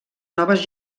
noves